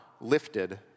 lifted